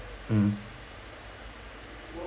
mm